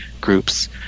groups